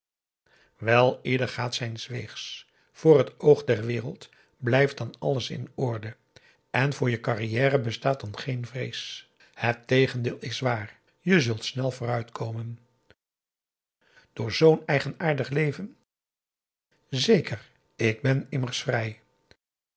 wel ieder gaat zijns weegs voor het oog der wereld blijft dan alles in orde en voor je carrière bestaat dan geen vrees het tegendeel is waar je zult snel vooruit komen door zoo'n eigenaardig leven zeker ik ben immers vrij